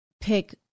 pick